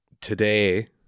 today